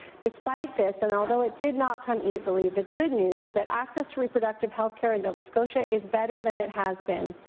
despite this and although it did not come easily, the good news is that access to reproductive health care in nova scotia is better than it has been.